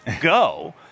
go